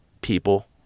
people